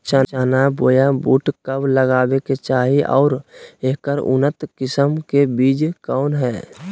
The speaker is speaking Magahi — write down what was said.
चना बोया बुट कब लगावे के चाही और ऐकर उन्नत किस्म के बिज कौन है?